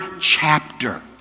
chapter